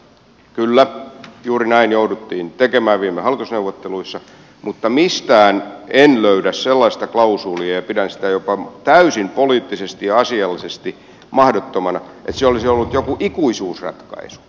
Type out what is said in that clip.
kyllä juuri näin jouduttiin tekemään viime hallitusneuvotteluissa mutta mistään en löydä sellaista klausuulia ja pidän sitä jopa täysin poliittisesti ja asiallisesti mahdottomana että se olisi ollut joku ikuisuusratkaisu